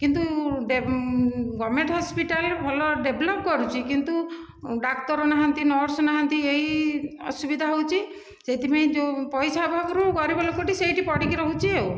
କିନ୍ତୁ government hospital ଭଲ develop କରୁଛି କିନ୍ତୁ ଡାକ୍ତର ନାହାନ୍ତି ନର୍ସ ନାହାନ୍ତି ଏଇ ଅସୁବିଧା ହେଉଛି ସେଇଥିପାଇଁ ଯେଉଁ ପଇସା ଅଭାବରୁ ଗରିବ ଲୋକଟି ସେଇଠି ପଡ଼ିକି ରହୁଛି ଆଉ